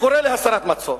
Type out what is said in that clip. שקורא להסרת מצור,